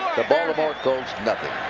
baltimore colts